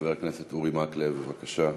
חבר הכנסת אורי מקלב, בבקשה.